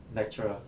lecturer